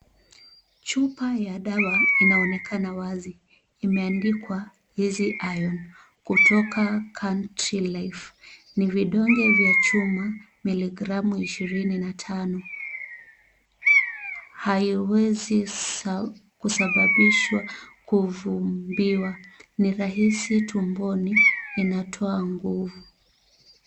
Chupa ya dawa inaonekana wazi. Imeandikwa easy iron kutoka Country life. Ni vidonge vya chuma, miligramu ishirini na tano. Haiwezi kusababisha kuvumbiwa. Ni rahisi tumboni. Inatoa nguvu.